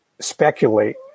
speculate